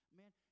man